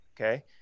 okay